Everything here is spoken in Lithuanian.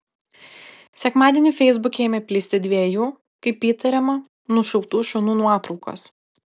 sekmadienį feisbuke ėmė plisti dviejų kaip įtariama nušautų šunų nuotraukos